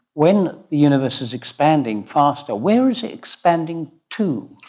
when the universe is expanding faster, where is it expanding to?